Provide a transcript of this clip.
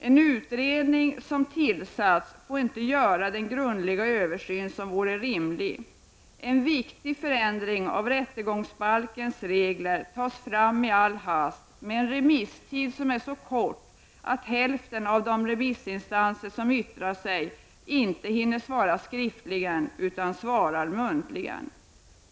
En utredning som tillsatts får inte göra den grundliga översyn som vore rimlig. En viktig förändring av rättegångsbalkens regler tas fram i all hast, med en remisstid som är så kort att hälften av de remissinstanser som yttrar sig inte hinner svara skriftligen, utan de svarar muntligen.